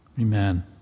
Amen